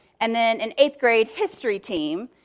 and then an eighth grade history team.